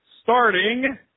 Starting